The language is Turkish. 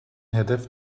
hedef